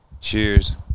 Cheers